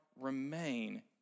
remain